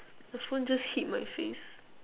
the phone just hit my face